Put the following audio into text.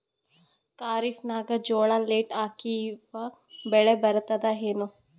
ಖರೀಫ್ ನಾಗ ಜೋಳ ಲೇಟ್ ಹಾಕಿವ ಬೆಳೆ ಬರತದ ಏನು?